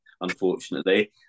unfortunately